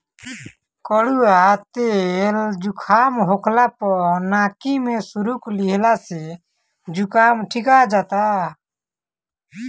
कड़ुआ तेल जुकाम होखला पअ नाकी में सुरुक लिहला से जुकाम ठिका जाला